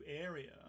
area